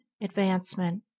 advancement